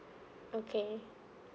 okay